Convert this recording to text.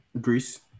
greece